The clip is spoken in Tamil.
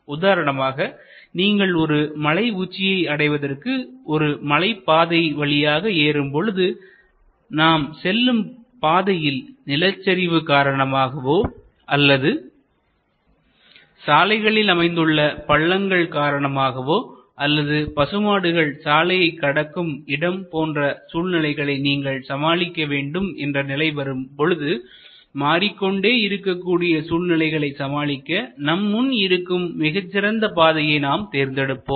உதாரணமாக நீங்கள் ஒரு மலை உச்சியை அடைவதற்கு ஒரு மலைப் பாதை வழியாக ஏறும் பொழுதுநாம் செல்லும் பாதையில் நிலச்சரிவு காரணமாகவோ அல்லது சாலைகளில் அமைந்துள்ள பள்ளங்கள் காரணமாகவோ அல்லது பசு மாடுகள் சாலையைக் கடக்கும் இடம் போன்ற சூழ்நிலைகளை நீங்கள் சமாளிக்க வேண்டும் என்ற நிலை வரும் பொழுதுமாறிக்கொண்டே இருக்க கூடிய சூழ்நிலைகளை சமாளிக்க நம் முன் இருக்கும் மிகச் சிறந்த பாதையை நாம் தேர்ந்தெடுப்போம்